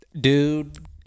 Dude